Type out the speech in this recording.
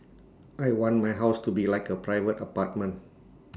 I want my house to be like A private apartment